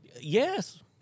Yes